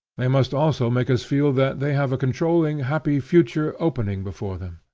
they must also make us feel that they have a controlling happy future opening before them,